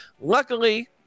Luckily